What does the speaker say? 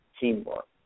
teamwork